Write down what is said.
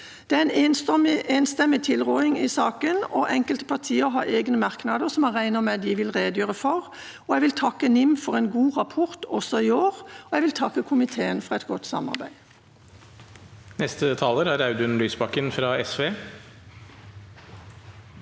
Det er en enstemmig tilråding i saken. Enkelte partier har egne merknader jeg regner med de vil redegjøre for. Jeg vil takke NIM for en god rapport også i år, og jeg vil takke komiteen for et godt samarbeid.